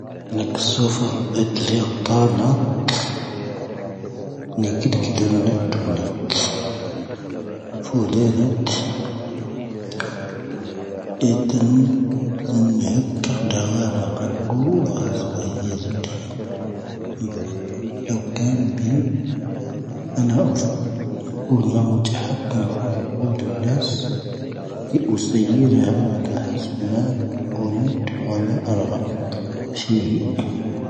ⵏکⵚⵡⴼⵖ ʻʻʰʰʰʰʰʰʰʰʰʰʰʰʰʰʰʰʰʰʰ. ⵏיקⵉⵍ ⴽⴻⵍⴻ ⵏʰⴻⴷʰʰʰʰʰʰʰʰʰʰʰʰʰʰʰʰʰʰʰʰʰʰʰʰʰʰʰʰʰʰ. ⴼoⵓⵍⵉⵔⵉⵜ,. ⴻⵀⵜⴰⵏ ⵣⵉⵏ ⵀⵜⵇⴳⴷⵡⴰⵔⵉ ⵔⴰⴽⵓ. ⵡⴰ ⵀⴰⵣ ⵡⴰ ⵀⵉⵢⴻ ⵣⴻⵏⴷⵀⵉⵏ. ⵏⴱʰʰʰʰʰʰʰʰʰʰʰʰʰʰʰʰʰʰ. ⴷⴰⵡⴽⵉⵏ ⴱⵉ,. ⵏ'ⵏ'ⵀⴰⵡⴼⴻⵔ. ⵓⵎⴰ ⵎⵓ ⵜ'ⵀⴰⴽⵉⵎ ⴼ'ⵉⵜ' ⵢⵓ'ⵔ ⴳ'o ⵍ'ⴰⵏⵙ ⴷⵉ ⵓⵙⵢⴻⵢⴻⵔ ⴷⵉⴰ' ⴰⴷⴰⵀⴰⵙ ⵡⴰⵎⴰ ⵓⵔⵉⴷ ⵡⴰⵎⴰ ⴰⵔⵀⴰⴽ ⴼ'ⵉ ⵀⵉ.